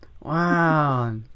Wow